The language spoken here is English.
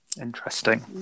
Interesting